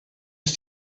ist